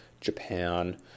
Japan